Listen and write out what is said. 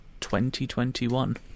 2021